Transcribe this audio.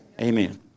Amen